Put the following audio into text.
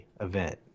event